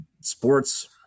Sports